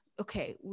okay